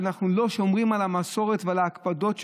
שאנחנו לא שומרים על המסורת ועל ההקפדות שידועות,